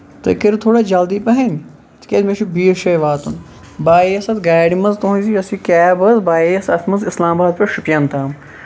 تُہۍ کٔرِو تھوڑا جلدی پَہن تِکیازِ مےٚ چھُ بیٚیِس جایہِ واتُن بہٕ آیِس آز گاڑِ منٛز تُہُنزِ یۄس یہِ کیب ٲسۍ بہٕ آیِس اَتھ منٛز اِسلام آباد پٮ۪ٹھ شُپین تام